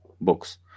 books